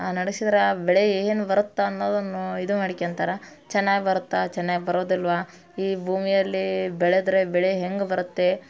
ನಡೆಸಿದ್ರ ಆ ಬೆಳೆ ಏನು ಬರುತ್ತೆ ಅನ್ನೋದನ್ನು ಇದು ಮಾಡ್ಕ್ಯಂತರ ಚೆನ್ನಾಗಿ ಬರುತ್ತಾ ಚೆನ್ನಾಗಿ ಬರೋದಿಲ್ಲವಾ ಈ ಭೂಮಿಯಲ್ಲಿ ಬೆಳೆದರೆ ಬೆಳೆ ಹೆಂಗೆ ಬರುತ್ತೆ